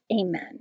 Amen